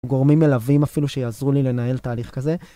גורמים מלווים אפילו שיעזרו לי לנהל תהליך כזה.